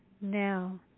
now